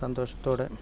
സന്തോഷത്തോടെ